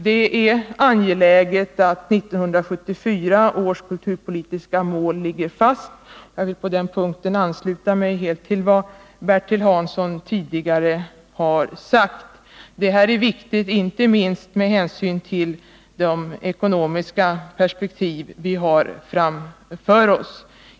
Det är angeläget att 1974 års kulturpolitiska mål ligger fast — på den punkten vill jag helt ansluta mig till vad Bertil Hansson tidigare har sagt. Detta är viktigt, inte minst med hänsyn till de ekonomiska perspektiv vi har framför oss.